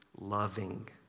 loving